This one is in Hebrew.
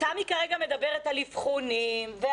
כרגע מדברת על אבחונים.